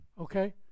Okay